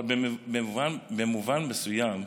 אבל במובן מסוים,